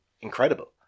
incredible